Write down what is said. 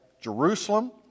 Jerusalem